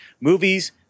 movies